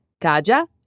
Kaja